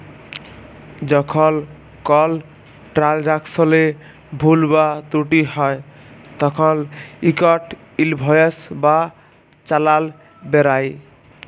যখল কল ট্রালযাকশলে ভুল বা ত্রুটি হ্যয় তখল ইকট ইলভয়েস বা চালাল বেরাই